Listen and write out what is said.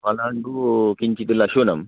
पलाण्डु किञ्चित् लशुनम्